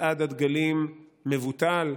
מצעד הדגלים מבוטל,